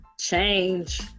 change